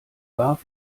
warf